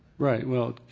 right. well,